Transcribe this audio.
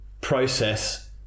process